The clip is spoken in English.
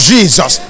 Jesus